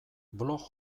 blog